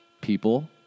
people